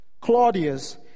Claudius